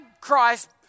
Christ